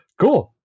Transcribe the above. cool